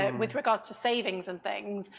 and with regards to savings and things?